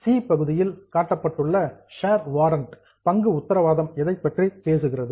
C பகுதியில் கட்டப்பட்டுள்ள share warrant பங்கு உத்தரவாதம் எதைப்பற்றி பேசுகிறது